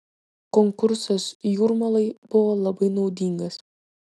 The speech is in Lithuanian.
konkursas jūrmalai buvo labai naudingas